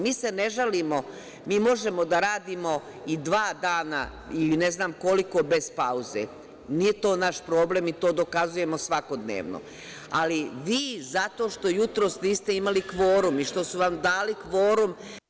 Mi se ne žalimo, mi možemo da radimo i dva dana ili ne znam koliko bez pauze, nije to naš problem i to dokazujemo svakodnevno, ali vi zato što jutros niste imali kvorum i što su vam dali kvorum…